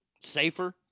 safer